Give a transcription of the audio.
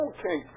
Okay